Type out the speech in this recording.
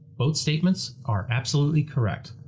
both statements are absolutely correct.